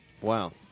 Wow